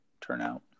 turnout